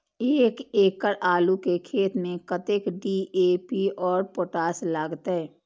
एक एकड़ आलू के खेत में कतेक डी.ए.पी और पोटाश लागते?